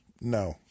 No